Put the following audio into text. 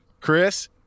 Chris